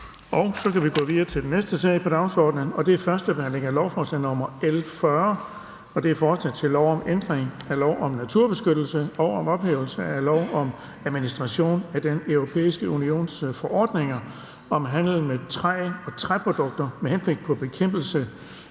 Det er vedtaget. --- Det sidste punkt på dagsordenen er: 13) 1. behandling af lovforslag nr. L 40: Forslag til lov om ændring af lov om naturbeskyttelse og om ophævelse af lov om administration af Den Europæiske Unions forordninger om handel med træ og træprodukter med henblik på bekæmpelse